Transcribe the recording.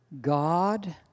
God